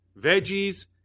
veggies